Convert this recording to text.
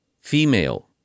female